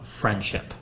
friendship